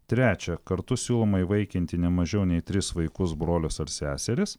trečia kartu siūloma įvaikinti ne mažiau nei tris vaikus brolius ar seseris